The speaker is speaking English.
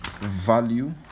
value